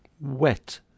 Wet